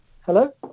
Hello